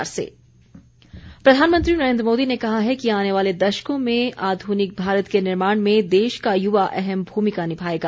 मन की बात प्रधानमंत्री नरेन्द्र मोदी ने कहा है कि आने वाले दशकों में आधुनिक भारत के निर्माण में देश का युवा अहम भूमिका निभाएगा